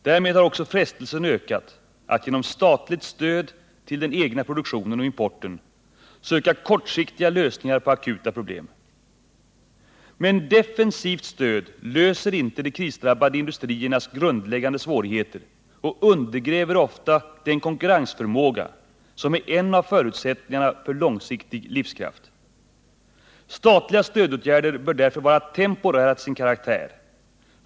Därmed har också frestelsen ökat att genom statligt stöd till den egna produktionen och exporten söka kortsiktiga lösningar på akuta problem. Men defensivt stöd löser inte de krisdrabbade industriernas grundläggande svårigheter och undergräver ofta den konkurrensförmåga som är en förutsättning för långsiktig livskraft. Statliga stödåtgärder bör därför vara temporära till sin karaktär.